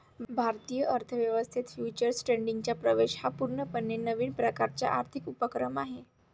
भारतीय अर्थ व्यवस्थेत फ्युचर्स ट्रेडिंगचा प्रवेश हा पूर्णपणे नवीन प्रकारचा आर्थिक उपक्रम आहे